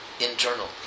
internal